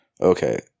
Okay